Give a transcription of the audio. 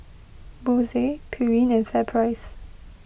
Bose Pureen and FairPrice